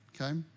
Okay